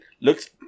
looks